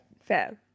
Fair